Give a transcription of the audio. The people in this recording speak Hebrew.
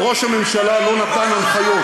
אבל ראש הממשלה לא נתן הנחיות.